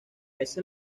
ese